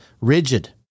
Rigid